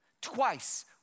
Twice